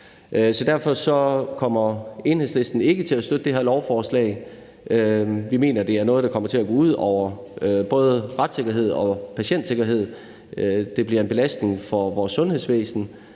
Derfor kommer Enhedslisten ikke til at støtte det her lovforslag. Vi mener, det er noget, der kommer til at gå ud over både retssikkerhed og patientsikkerhed. Det bliver en belastning for vores sundhedsvæsen,